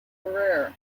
ferrer